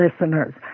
listeners